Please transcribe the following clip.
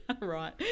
Right